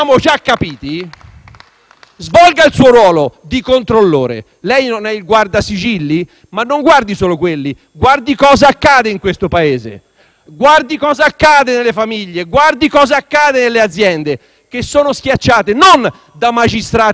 svolga il suo ruolo di controllore. Lei non è il Guardasigilli? Non guardi solo quelli; guardi cosa accade in questo Paese, guardi cosa accade nelle famiglie e nelle aziende, che sono schiacciate non da magistrati che non fanno il loro mestiere